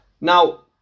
Now